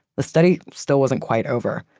the study still wasn't quite over.